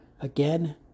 again